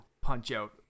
Punch-Out